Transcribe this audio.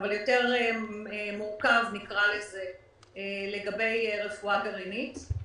אבל יותר מורכב לגבי רפואה גרעינית,